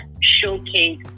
showcase